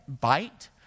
bite